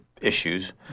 issues